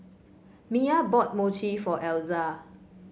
Mya bought Mochi for Elza